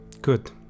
good